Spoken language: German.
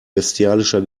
bestialischer